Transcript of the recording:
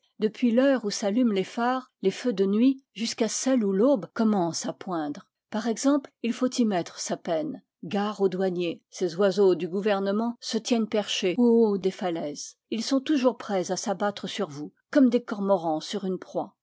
depuis l'heure où s'allument les phares les feux de nuit jusqu'à celle où l'aube commence à poindre par exemple il faut y mettre sa peine gare aux douaniers ces oiseaux du gouvernement se tiennent perchés au haut des falai ses ils sont toujours prêts à s'abattre sur vous comme des cormorans sur une proie